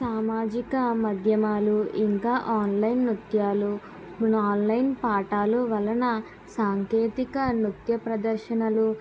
సామాజిక మధ్యమాలు ఇంకా ఆన్లైన్ నృత్యాలు ఆన్లైన్ పాటలు పాఠలు వలన సాంకేతిక నృత్య ప్రదర్శనలు